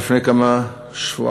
לפני כמה שבועות,